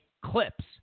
Clips